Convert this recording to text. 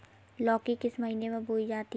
लौकी किस महीने में बोई जाती है?